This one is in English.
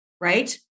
Right